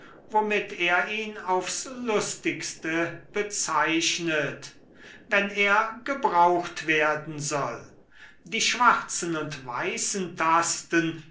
womit er ihn aufs lustigste bezeichnet wenn er gebraucht werden soll die schwarzen und weißen tasten